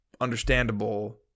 understandable